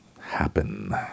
happen